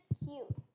cute